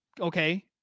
okay